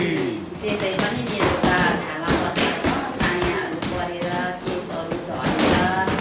अनि त्यसै पनि मेरो त छाला पतला छ चायाहरू परेर केशहरू झरेर